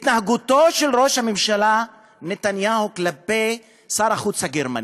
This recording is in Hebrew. התנהגותו של ראש הממשלה נתניהו כלפי שר החוץ הגרמני,